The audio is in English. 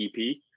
ep